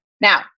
Now